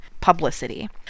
publicity